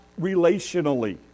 relationally